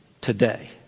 today